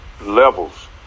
levels